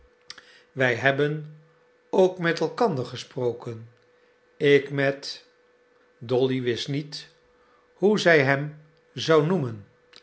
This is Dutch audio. wij hebben ook met elkander gesproken ik met dolly wist niet hoe zij hem zou noemen